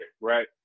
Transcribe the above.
right